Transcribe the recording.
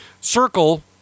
Circle